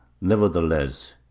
Nevertheless